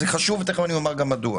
זה חשוב, תכף אומר מדוע.